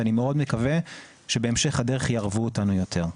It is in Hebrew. ואני מאוד מקווה שבהמשך הדרך יערבו אותנו יותר.